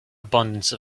abundance